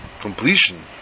completion